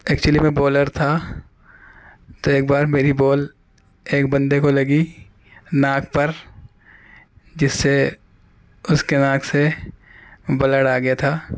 actually میں bowler تھا تو ایک بار میری بال ایک بندے کو لگی ناک پر جس سے اس کے ناک سے بلڈ آ گیا تھا